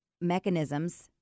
mechanisms